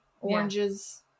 oranges